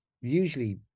usually